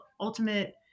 ultimate